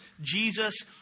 Jesus